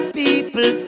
people